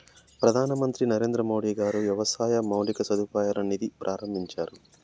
ప్రధాన మంత్రి నరేంద్రమోడీ గారు వ్యవసాయ మౌలిక సదుపాయాల నిధి ప్రాభించారు